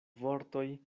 vortoj